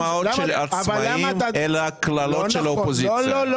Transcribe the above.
לא דמעות של עצמאים אלא קללות של האופוזיציה לא.